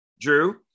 Drew